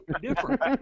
different